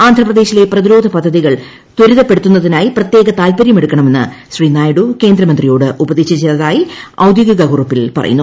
ആന്ധ്രാപ്രദേശിലെ പ്രതിരോധ പദ്ധതികൾ ത്വരിതപ്പെടുത്തുന്നതിനായി പ്രത്യേക താത്പര്യം എടുക്കണമെന്ന് ശ്രീ നായിഡു കേന്ദ്ര മന്ത്രിയോട് ഉപദേശിച്ചതായി ഔദ്യോഗിക കുറിപ്പിൽ പറയുന്നു